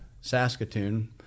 Saskatoon